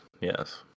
yes